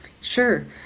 Sure